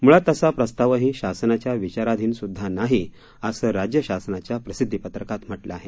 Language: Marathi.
म्ळात तसा प्रस्तावही शासनाच्या विचाराधीनसुद्धा नाही असं राज्य शासनाच्या प्रसिद्धिपत्रकात म्हटलं आहे